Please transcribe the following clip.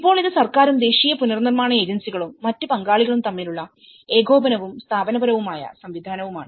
ഇപ്പോൾ ഇത് സർക്കാരും ദേശീയ പുനർനിർമ്മാണ ഏജൻസികളും മറ്റ് പങ്കാളികളും തമ്മിലുള്ള ഏകോപനവും സ്ഥാപനപരമായ സംവിധാനവുമാണ്